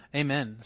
amen